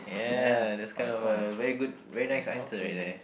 yeah that's kind of a very good very nice answer right there